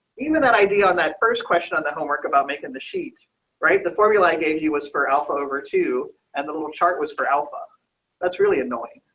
even that id on that first question on the homework about making the sheet right the formula i gave you was for alpha over to and the little chart was for alpha that's really annoying.